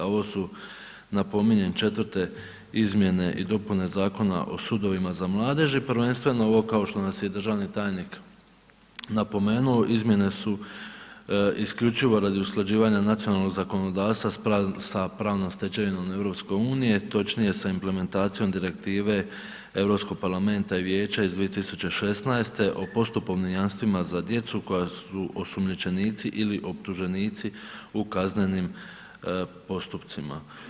Ovo su napominjem 4 izmjene i dopune Zakona o sudovima za mladeži, prvenstvo ovo kao što nas i državni tajnik napomenuo, izmjene su isključivo radi usklađivanja nacionalnog zakonodavstva sa pravnom stečevinom EU-a točnije sa implementacijom direktive Europskog parlamenta i Vijeća iz 2016. o postupovnim jamstvima za djecu koja su osumnjičenici ili optuženici u kaznenim postupcima.